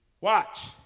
Watch